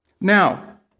Now